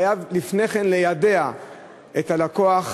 חייב לפני כן ליידע את הלקוח